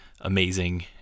amazing